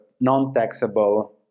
non-taxable